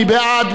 מי בעד?